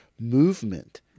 movement